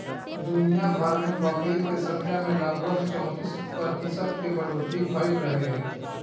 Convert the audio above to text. दुनियाभर में बकरी के संख्या में लगभग चौंतीस प्रतिशत के बढ़ोतरी भईल रहे